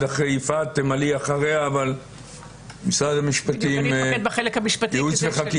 אני אתמקד בחלק המשפטי.